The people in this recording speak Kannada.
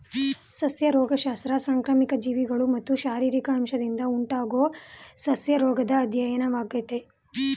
ಸಸ್ಯ ರೋಗಶಾಸ್ತ್ರ ಸಾಂಕ್ರಾಮಿಕ ಜೀವಿಗಳು ಮತ್ತು ಶಾರೀರಿಕ ಅಂಶದಿಂದ ಉಂಟಾಗೊ ಸಸ್ಯರೋಗದ್ ಅಧ್ಯಯನವಾಗಯ್ತೆ